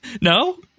No